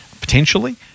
potentially